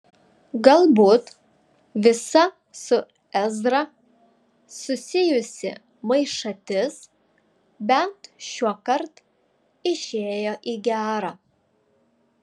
galbūt visa su ezra susijusi maišatis bent šiuokart išėjo į gera